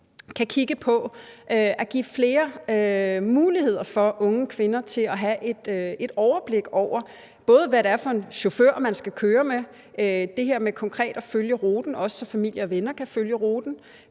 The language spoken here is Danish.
kan kigge på at give flere muligheder for unge kvinder for at have et overblik over det. Det gælder både, hvad det er for en chauffør, man skal køre med; det her med konkret at følge ruten, så også familie og venner kan følge ruten;